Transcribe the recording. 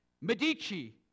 Medici